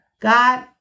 God